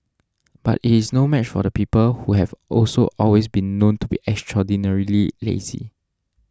but it's no match for the people who have also always been known to be extraordinarily lazy